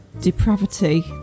depravity